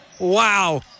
Wow